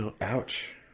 Ouch